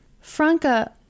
Franca